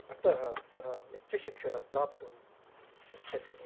अतः सः उच्चशिक्षणं प्राप्तुम् इच्छति